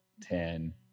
ten